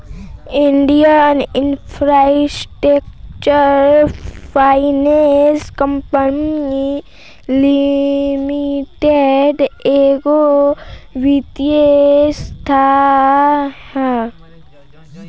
Indian infrastructure finance company limited एगो वित्तीय संस्था ह